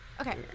Okay